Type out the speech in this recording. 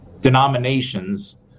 denominations